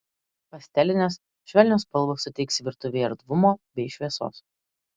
pastelinės švelnios spalvos suteiks virtuvei erdvumo bei šviesos